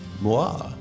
moi